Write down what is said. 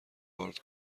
آرد